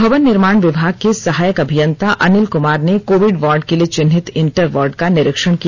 भवन निर्माण विभाग के सहायक अभियंता अनिल कुमार ने कोविड वार्ड के लिए चिह्नित इंटर वार्ड का निरीक्षण किया